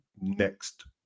next